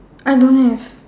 I don't have